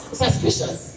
suspicious